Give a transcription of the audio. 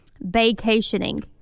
vacationing